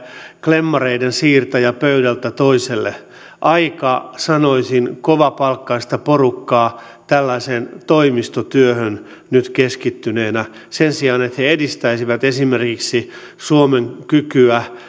klemmareiden siirtäjä pöydältä toiselle aika sanoisin kovapalkkaista porukkaa tällaiseen toimistotyöhön nyt keskittyneenä sen sijaan että he edistäisivät esimerkiksi suomen kykyä